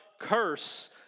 Curse